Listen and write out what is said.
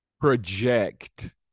project